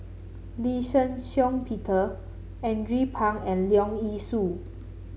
Lee Shih Shiong Peter Andrew Phang and Leong Yee Soo